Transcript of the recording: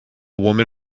woman